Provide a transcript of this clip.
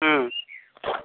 হুম